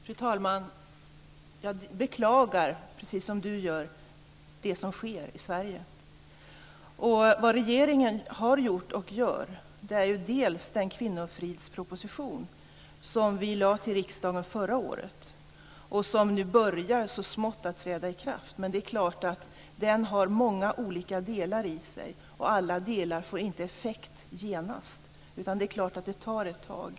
Fru talman! Jag beklagar, precis som Sofia Jonsson gör, det som här sker i Sverige. Regeringen lade förra året fram en kvinnofridsproposition för riksdagen. Den börjar nu så smått att träda i kraft, men den har många olika delar, och alla delar får inte effekt genast. Det är klart att det tar ett tag.